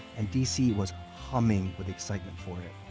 and d c. was humming with excitement for it.